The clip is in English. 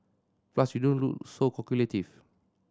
plus you don't look so calculative